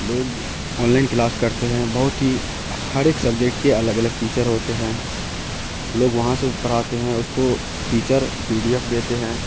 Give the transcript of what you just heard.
لوگ online class کرتے ہیں بہت ہی ہر ایک سبجیکٹ کے الگ الگ ٹیچر ہوتے ہیں لوگ وہاں سے پڑھاتے ہیں اس کو ٹیچر پی ڈی ایف دیتے ہیں